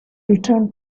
return